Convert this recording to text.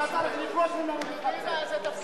אתה צריך לדרוש ממנו להתנצל.